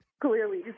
Clearly